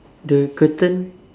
the curtain